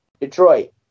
Detroit